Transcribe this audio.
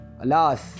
Alas